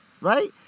right